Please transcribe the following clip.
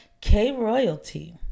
K-Royalty